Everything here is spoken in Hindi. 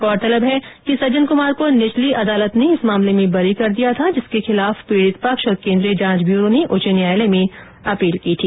गौरतलब है कि सज्जन कुमार को निचली अदालत ने इस मामले में बरी कर दिया था जिसके खिलाफ पीड़ित पक्ष और केंद्रीय जांच ब्यूरो ने उच्च न्यायालय में अपील की थी